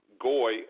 goy